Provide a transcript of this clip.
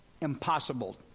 impossible